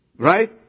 Right